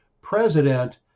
president